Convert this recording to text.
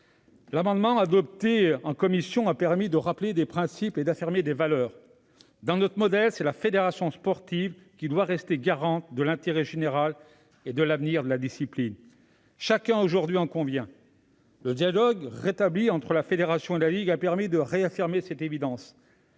L'amendement adopté en commission permet de rappeler des principes et d'affirmer des valeurs. Dans notre modèle, c'est la fédération sportive qui doit rester garante de l'intérêt général et de l'avenir de la discipline, chacun aujourd'hui en convient. Le dialogue rétabli entre la fédération et la ligue a permis de réaffirmer cette évidence.